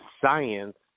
science